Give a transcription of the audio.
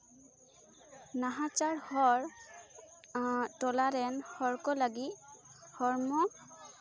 ᱱᱟᱦᱟᱪᱟᱨ ᱦᱚᱲ ᱴᱚᱞᱟ ᱨᱮᱱ ᱦᱚᱲ ᱠᱚ ᱞᱟᱹᱜᱤᱫ ᱦᱚᱲᱢᱚ